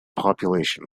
population